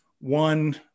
one